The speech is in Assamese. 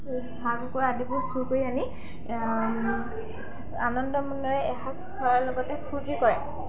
হাঁহ কুকুৰা আদিবোৰ চুৰ কৰি আনি আনন্দ মনেৰে এসাঁজ খোৱাৰ লগতে ফূৰ্তি কৰে